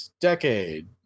decade